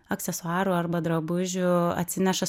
aksesuarų arba drabužių atsineša